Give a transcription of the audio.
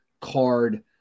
card